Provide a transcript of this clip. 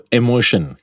emotion